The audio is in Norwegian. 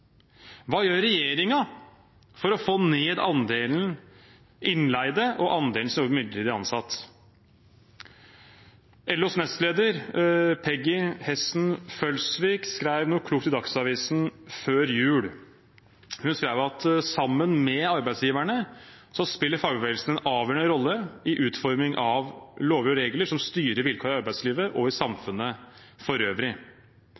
Hva gjør regjeringen for å få ned andelen innleide og andelen midlertidig ansatte? LOs nestleder, Peggy Hessen Følsvik, skrev noe klokt i Dagsavisen før jul. Hun skrev: «Sammen med arbeidsgiverorganisasjonene spiller fagbevegelsen en avgjørende rolle i utformingen av lover og regelverk som styrer vilkår i arbeidslivet og i samfunnet for øvrig.